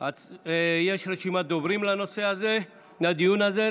יש רשימת דוברים לדיון הזה.